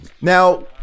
now